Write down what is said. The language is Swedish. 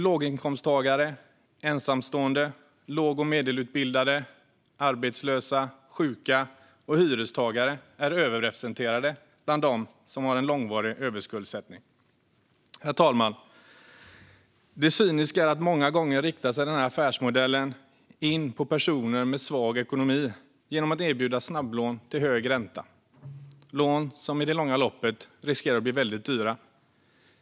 Låginkomsttagare, ensamstående, låg och medelutbildade, arbetslösa, sjuka och hyrestagare är överrepresenterade bland dem som har en långvarig överskuldsättning. Herr talman! Det cyniska är att den här affärsmodellen många gånger riktar in sig på personer med svag ekonomi genom att erbjuda snabblån till hög ränta, lån som i det långa loppet riskerar att bli väldigt dyra.